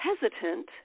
hesitant